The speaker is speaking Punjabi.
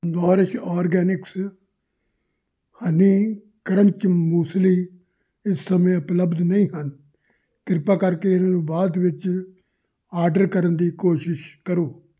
Nourish Organics honey crunch muesli ਇਸ ਸਮੇਂ ਉਪਲੱਬਧ ਨਹੀਂ ਹਨ ਕ੍ਰਿਪਾ ਕਰਕੇ ਇਹਨਾਂ ਨੂੰ ਬਾਅਦ ਵਿੱਚ ਆਰਡਰ ਕਰਨ ਦੀ ਕੋਸ਼ਿਸ਼ ਕਰੋ